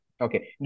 Okay